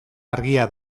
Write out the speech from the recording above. argia